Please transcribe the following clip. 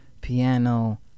piano